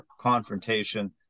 confrontation